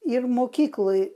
ir mokykloj